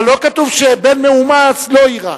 אבל לא כתוב שבן מאומץ לא יירש.